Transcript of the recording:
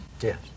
Yes